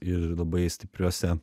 ir labai stipriose